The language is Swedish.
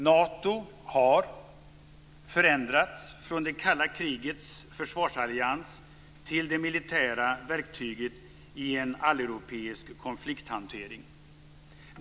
Nato har förändrats från det kalla krigets försvarsallians till det militära verktyget i en alleuropeisk konflikthantering.